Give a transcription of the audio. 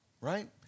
right